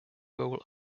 role